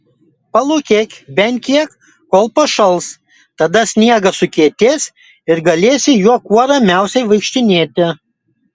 palūkėk bent kiek kol pašals tada sniegas sukietės ir galėsi juo kuo ramiausiai vaikštinėti